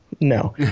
No